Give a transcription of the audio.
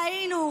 ראינו,